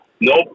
Nope